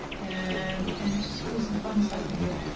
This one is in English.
and and it's just really some fun stuff in here.